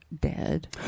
dead